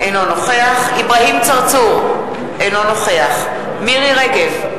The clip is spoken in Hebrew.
אינו נוכח אברהים צרצור, אינו נוכח מירי רגב,